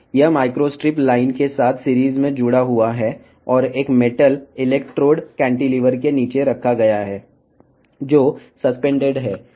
ఈ switch microstrip లైన్తో సిరీస్లో అనుసంధానించబడి ఉంటుంది మరియు ఒక వైపు సస్పెండ్ చేయబడిన స్ట్రిప్స్స్ట్ర కాంటిలివర్ క్రింద ఒక మెటల్ ఎలక్ట్రోడ్ ఉంచబడింది